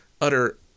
utter